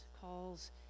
calls